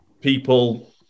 people